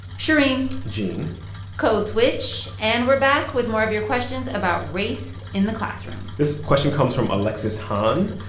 shereen gene code switch. and we're back with more of your questions about race in the classroom this question comes from alexis hanh.